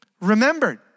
remembered